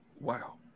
Wow